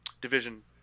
division